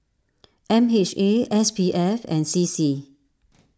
M H A S P F and C C